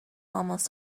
almost